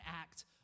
act